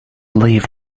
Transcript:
leave